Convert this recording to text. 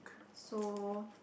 so